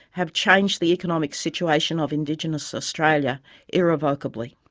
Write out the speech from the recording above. have changed the economic situation of indigenous australia irrevocably.